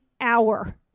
hour